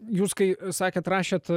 jūs kai sakėt rašėt